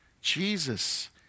Jesus